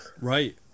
right